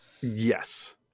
Yes